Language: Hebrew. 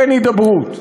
כן הידברות.